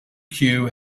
queue